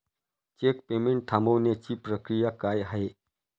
Check payment थांबवण्याची प्रक्रिया काय आहे?